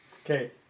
Okay